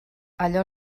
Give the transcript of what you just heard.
allò